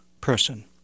person